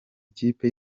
ikipe